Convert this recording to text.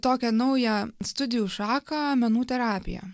tokią naują studijų šaką menų terapiją